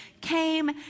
came